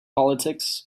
politics